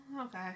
Okay